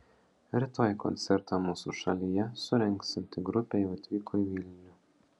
rytoj koncertą mūsų šalyje surengsianti grupė jau atvyko į vilnių